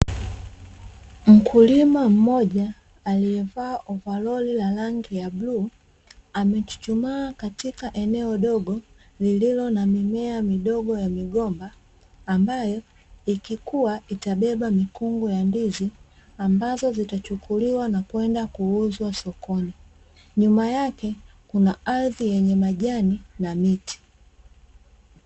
Mkulima mmoja aliyevaa ovaroli la rangi ya bluu, amechuchumaa katika eneo dogo lililo na mimea midogo ya migomba ambayo ikikua itabeba mikungu ya ndizi ambazo zitachukuliwa na kwenda kuuzwa sokoni, nyuma yake kuna ardhi yenye majani na miti.